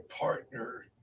partner